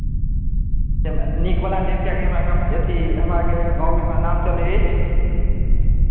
नीकवला देव किएकि हमरा कम अथी हमरा आरके गाँवमे हमरा नाम चलै अछि